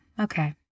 Okay